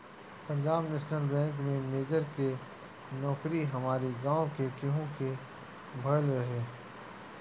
पंजाब नेशनल बैंक में मेनजर के नोकरी हमारी गांव में केहू के भयल रहे